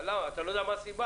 אתה לא יודע מה הסיבה?